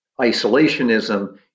isolationism